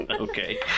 Okay